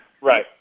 Right